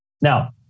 Now